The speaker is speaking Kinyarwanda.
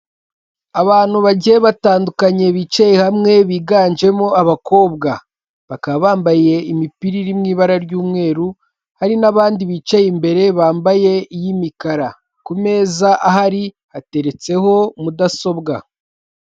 Abantu bagiye batandukanye bicaye hamwe biganjemo abakobwa. Bakaba bambaye imipira iri mu ibara ry'umweru ,hari n'abandi bicaye imbere bambaye iy'imikara. Ku meza ahari hateretseho mudasobwa.